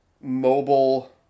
mobile